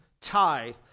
tie